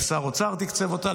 כשר אוצר הוא תקצב אותה.